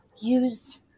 use